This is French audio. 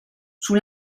sous